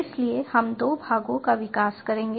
इसलिए हम दो भागों का विकास करेंगे